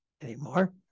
anymore